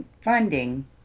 funding